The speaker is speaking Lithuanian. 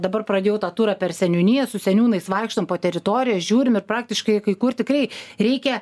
dabar pradėjau tą turą per seniūnijas su seniūnais vaikštom po teritorijas žiūrim ir praktiškai kai kur tikrai reikia